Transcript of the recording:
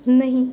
नहि